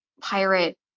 pirate